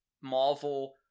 Marvel